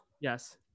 Yes